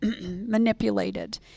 manipulated